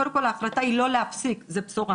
קודם כל ההחלטה היא לא להפסיק, זו בשורה.